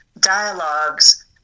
dialogues